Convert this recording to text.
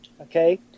okay